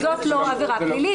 הסברנו שזאת לא עבירה פלילית.